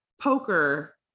poker